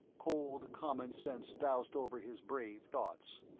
cold common sense doused over his brave thoughts.